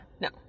No